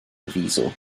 ddiesel